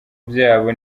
byabo